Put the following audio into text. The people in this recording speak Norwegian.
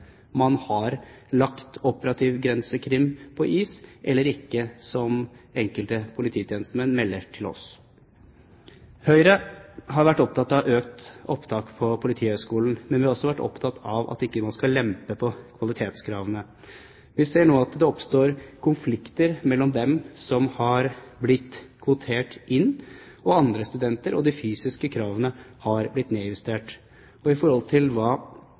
man har lagt operativ grensekrim på is eller ikke, som enkelte polititjenestemenn melder til oss. Høyre har vært opptatt av økt opptak på Politihøgskolen, men vi har også vært opptatt av at man ikke skal lempe på kvalitetskravene. Vi ser nå at det oppstår konflikter mellom dem som har blitt kvotert inn, og andre studenter, og de fysiske kravene har blitt nedjustert. I forhold til hva